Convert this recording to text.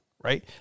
right